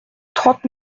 trente